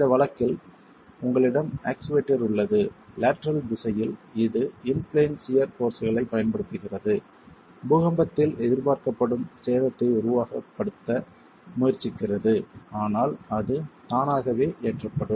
இந்த வழக்கில் உங்களிடம் ஆக்சுவேட்டர் உள்ளது லேட்டரல் திசையில் இது இன் பிளேன் சியர் போர்ஸ்களைப் பயன்படுத்துகிறது பூகம்பத்தில் எதிர்பார்க்கப்படும் சேதத்தை உருவகப்படுத்த முயற்சிக்கிறது ஆனால் அது தானாகவே ஏற்றப்படும்